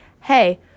hey